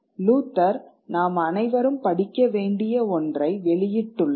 Luther நாம் அனைவரும் படிக்க வேண்டிய ஒன்றை வெளியிட்டுள்ளார்